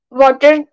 water